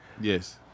Yes